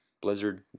Blizzard